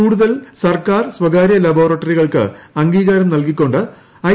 കൂടുതൽ സർക്കാർ സ്വകാര്യ ലബോറട്ടറികൾക്ക് അംഗീകാരം നൽകികൊണ്ട് ഐ